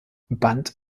band